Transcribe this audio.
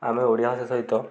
ଆମେ ଓଡ଼ିଆ ଭାଷା ସହିତ